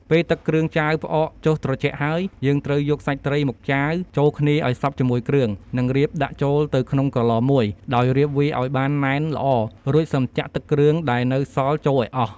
ពេលទឹកគ្រឿងចាវផ្អកចុះត្រជាក់ហើយ យើងត្រូវយកសាច់ត្រីមកចាវចូលគ្នាឱ្យសព្វជាមួយគ្រឿង និងរៀបដាក់ចូលទៅក្នុងក្រឡមួយ ដោយរៀបវាឱ្យបានណែនល្អ រួចសឹមចាក់ទឹកគ្រឿងដែលនៅសល់ចូលឱ្យអស់។